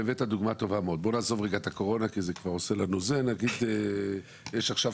והבאת דוגמה טובה מאוד ואכן בוא נעזוב רגע את הקורונה ונאמר שיש עכשיו